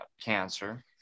cancer